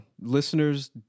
Listeners